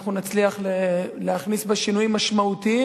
אנחנו נצליח להכניס בה שינויים משמעותיים